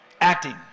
acting